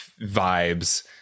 vibes